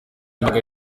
ibanga